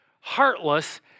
heartless